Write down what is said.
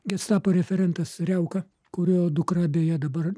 gestapo referentas riauka kurio dukra beje dabar